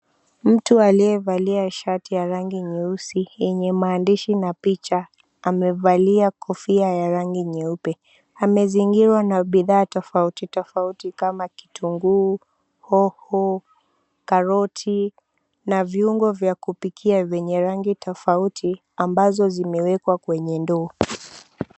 Mtu aliyevalia shati ya rangi nyeusi yenye maandishi na picha, amevalia kofia ya rangi nyeupe. Amezingirwa na bidhaa tofauti tofauti kama kitunguu, hoho, karoti na viungo vya kupikia vyenye rangi tofauti, ambazo zimewekwa kwenye ndoo.